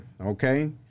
Okay